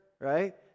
Right